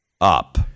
up